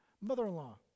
mother-in-law